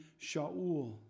Shaul